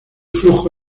flujo